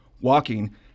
walking